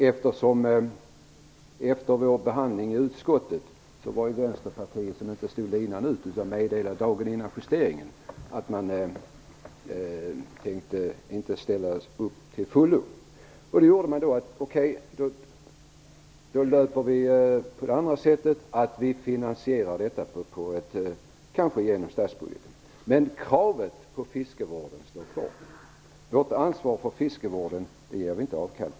Efter behandlingen i utskottet löpte nämligen Vänsterpartiet inte linan ut, utan meddelade dagen före justeringen att man inte tänkte ställa upp till fullo. Då bestämde vi oss för att göra på det andra sättet, och eventuellt finansiera fiskevården genom statsbudgeten. Men kravet på fiskevården står kvar. Vårt ansvar för fiskevården ger vi inte avkall på.